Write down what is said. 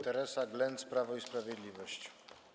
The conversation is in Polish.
Teresa Glenc, Prawo i Sprawiedliwość.